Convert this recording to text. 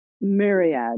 myriad